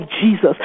Jesus